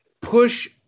push